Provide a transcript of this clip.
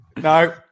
No